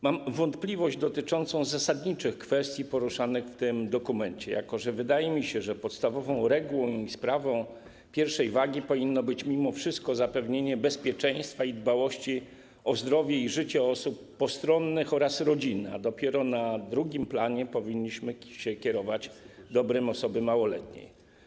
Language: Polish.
Mam wątpliwość dotyczącą zasadniczych kwestii poruszanych w tym dokumencie, jako że wydaje mi się, że podstawową regułą i sprawą pierwszej wagi powinno być mimo wszystko zapewnienie bezpieczeństwa i dbałość o zdrowie i życie osób postronnych oraz rodziny, a dopiero na drugim planie powinniśmy się kierować dobrem osoby małoletniej.